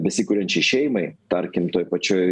besikuriančiai šeimai tarkim toj pačioj